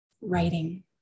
writing